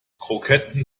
kroketten